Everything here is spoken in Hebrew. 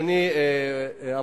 אני חושב.